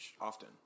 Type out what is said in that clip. often